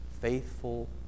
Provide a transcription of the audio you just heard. faithful